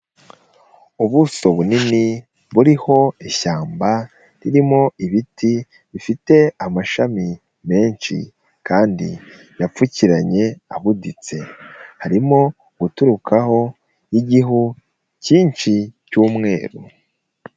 Ubuso bunini buriho ishyamba ririmo ibiti bifite amashami menshi kandi yapfukiranye abuditse, harimo guturukaho igihu cyinshi cy'umweru.